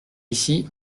ici